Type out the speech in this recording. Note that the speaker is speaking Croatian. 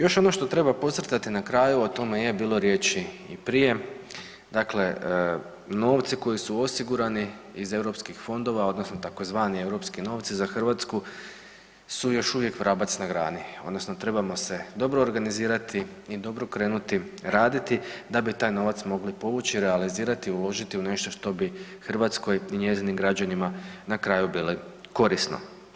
Još ono što treba podcrtati na kraju o tome je bilo riječi i prije, dakle novce koji su osigurani iz europskih fondova odnosno takozvani europski novci za Hrvatsku su još uvijek vrabac na grani, odnosno trebamo se dobro organizirati i raditi da bi taj novac mogli povući, realizirati, uložiti u nešto što bi Hrvatskoj i njezinim građanima na kraju bilo korisno.